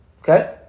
okay